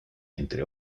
entre